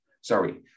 Sorry